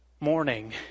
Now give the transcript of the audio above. morning